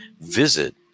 visit